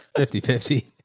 fifty, fifty,